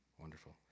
Wonderful